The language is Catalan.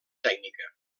tècnica